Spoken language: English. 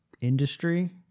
industry